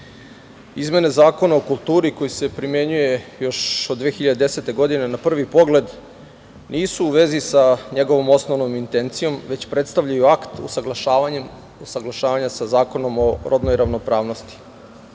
izmene Zakona o kulturi koji se primenjuje još od 2010. godine na prvi pogled nisu u vezi sa njegovom osnovnom intencijom, već predstavljaju akt usaglašavanja sa Zakonom o rodnoj ravnopravnosti. Suština